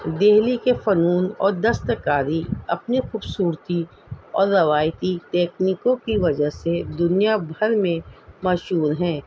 دہلی کے فنون اور دستکاری اپنی خوبصورتی اور روایتی تیکنیکوں کی وجہ سے دنیا بھر میں مشہور ہیں